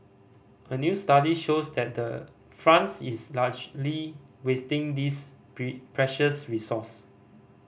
a new study shows that the France is largely wasting this precious resource